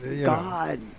God